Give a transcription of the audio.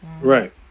right